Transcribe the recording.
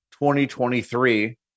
2023